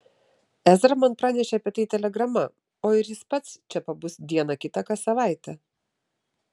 ezra man pranešė apie tai telegrama o ir jis pats čia pabus dieną kitą kas savaitę